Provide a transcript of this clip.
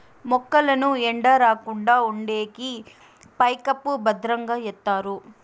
మొక్కలకు ఎండ రాకుండా ఉండేకి పైకప్పు భద్రంగా ఎత్తారు